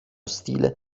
stile